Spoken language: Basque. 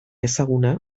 ezaguna